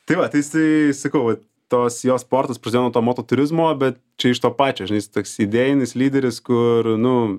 tai va tai sakau vat tos jo sportas pradėjo nuo to moto turizmo bet čia iš to pačio žinai jis toks idėjinis lyderis kur nu